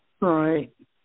Right